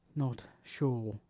not sure,